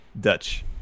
Dutch